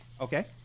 Okay